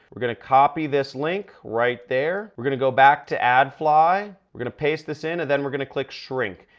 we're going to copy this link right there. we're going to go back to adfly. we're going to paste this in and then we're gonna click shrink.